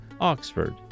Oxford